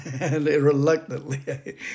reluctantly